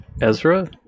Ezra